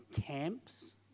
camps